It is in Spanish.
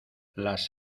las